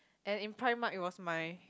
and in primark it was my